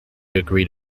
agreed